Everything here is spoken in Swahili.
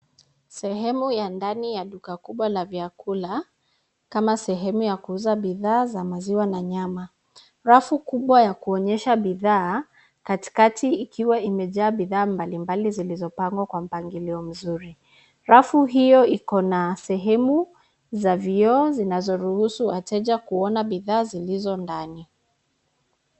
Sehemu ya ndani ya duka kubwa la vyakula, kama sehemu ya kuuza bidhaa za maziwa na nyama. Rafu kubwa ya kuonyesha bidhaa katikati ikiwa imejaa bidhaa mbalimbali zilizopangwa kwa mpangilio mzuri. Rafu hiyo iko na sehemu za vioo zinazoruhusu wateja kuona bidhaa zilizo ndani.